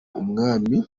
umwami